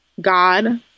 God